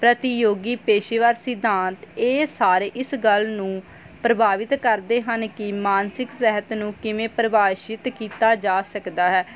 ਪ੍ਰਤੀਯੋਗੀ ਪੇਸ਼ੇਵਰ ਸਿਧਾਂਤ ਇਹ ਸਾਰੇ ਇਸ ਗੱਲ ਨੂੰ ਪ੍ਰਭਾਵਿਤ ਕਰਦੇ ਹਨ ਕਿ ਮਾਨਸਿਕ ਸਿਹਤ ਨੂੰ ਕਿਵੇਂ ਪ੍ਰਭਾਸ਼ਿਤ ਕੀਤਾ ਜਾ ਸਕਦਾ ਹੈ